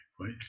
right